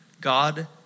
God